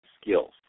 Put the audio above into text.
skills